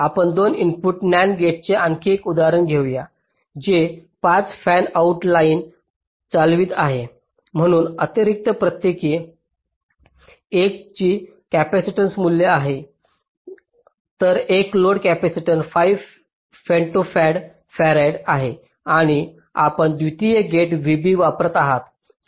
आपण 2 input NAND गेटचे आणखी एक उदाहरण घेऊया जे 5 फॅनआउट लाइन चालवित आहेत म्हणून त्यातील प्रत्येकी 1 ची कॅपेसिटन्स मूल्य आहे तर एकूण लोड कॅपेसिटन्स 5 फेम्टोफर्ड असेल आणि आपण द्वितीय गेट vB वापरत आहात